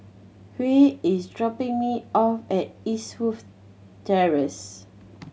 Huy is dropping me off at Eastwood Terrace